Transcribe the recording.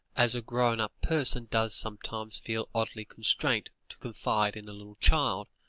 as a grown-up person does sometimes feel oddly constrained to confide in a little child,